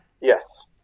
Yes